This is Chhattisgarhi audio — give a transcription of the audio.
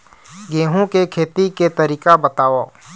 गेहूं के खेती के तरीका बताव?